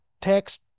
text